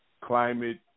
climate